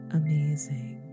amazing